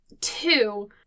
Two